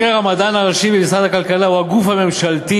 והמדען הראשי במשרד הכלכלה הוא הגוף הממשלתי